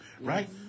Right